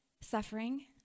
suffering